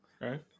right